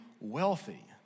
wealthy